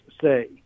say